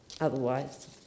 otherwise